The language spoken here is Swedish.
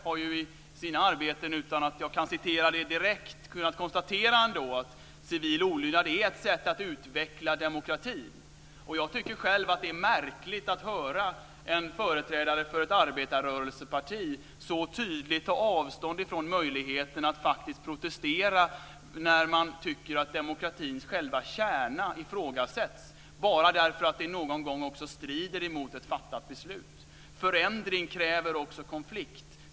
har man, utan att jag direkt kan citera den, kunnat konstatera att civil olydnad är ett sätt att utveckla demokratin. Jag tycker att det är märkligt att höra en företrädare för ett arbetarrörelseparti så tydligt ta avstånd från möjligheten att protestera när man tycker att demokratins själva kärna ifrågasätts, bara därför att det någon gång strider mot ett fattat beslut. Förändring kräver också konflikt.